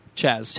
chaz